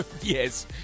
Yes